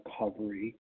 recovery